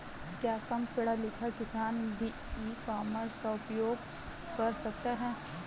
क्या कम पढ़ा लिखा किसान भी ई कॉमर्स का उपयोग कर सकता है?